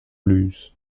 luz